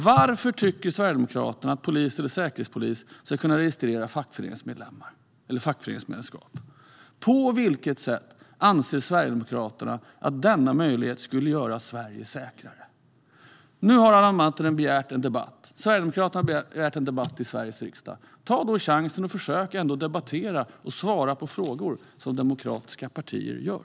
Varför tycker Sverigedemokraterna att polis eller säkerhetspolis ska kunna registrera fackföreningsmedlemmar? På vilket sätt anser Sverigedemokraterna att denna möjlighet skulle göra Sverige säkrare? Nu har Adam Marttinen och Sverigedemokraterna begärt en debatt i Sveriges riksdag. Ta då chansen att försöka debattera, och svara på frågor, som demokratiska partier gör!